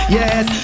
yes